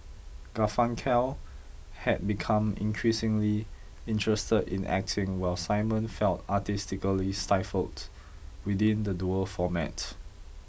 Garfunkel had become increasingly interested in acting while Simon felt artistically stifled within the duo format